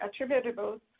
attributable